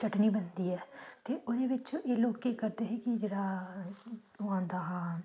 चटनी बनदी ऐ ते ओह्दे बिच्च एह् लोक केह् करदे हे कि जेह्ड़ा ओह् औंदा हा